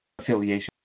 affiliation